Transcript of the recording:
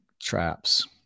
traps